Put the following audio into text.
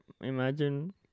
imagine